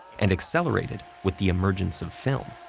and accelerated with the emergence of film.